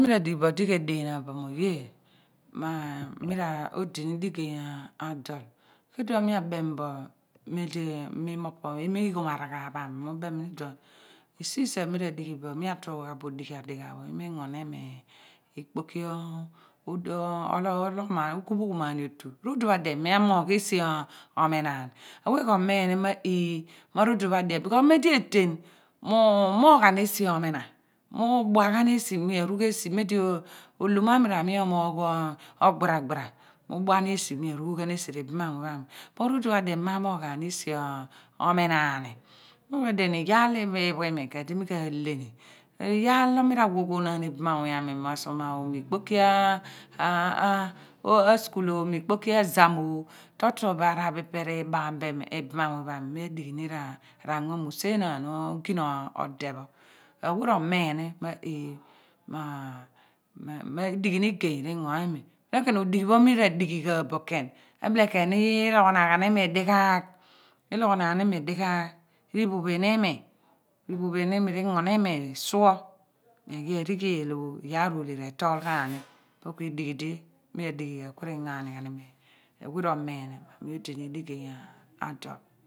Mira dighi bo di ke denaan bo mo oye ma mi ra odini digeeny adol iduon mia blem bo mem di mem mo opo emighom araghaaph pha mi mi ubem ni iduon esi phi si phe mi ra dighi bo mi atugha bo odighi adighaagh mignonimi ikpoki ologhom mani oguphoghomaani otu rodom pga adien mia amoghni esi ominani awe ko miini mo iimo rodon pho adien b/kos mem di eten mu moghan esi omina mu buua ghan esi bin mi arugh esi mem di olomami rami omogho ogbara gbara mu ubhua esi mi aryghan esi ribamamuuny pha ami bu rodon pha dien mi ma moghaani esi omina mu mo edien miyar lo iphu imi ku edi mi ka lehni riyar lo mi ra wa oghonaani iba mamuuny ami ma sumar mikipoki askul oo mikpoki ezan oo torotoro bo araak iphi ipe ribaghami bi mi ibama muny pha mi ni badighi ni ra ango mu senaan ogina ode pho awe ro miini me me dighi igey ringo imi bile khen odighi pho mi ra dighi gha bo khen ebile khen ni riloghonaan ini dighaagh iloghonaan imi dighaagh ri phophe ni mi ri phophe ni mi riingo ni mi sue mi aghi arighel iyar oleba retol ghaani po ku idighi di mi adighi ghan ku ri ghaami ghan imi awe ro miin ghan mo mi odi ni digeeny adol.